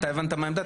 אתה הבנת מה העמדה?